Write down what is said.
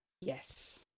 Yes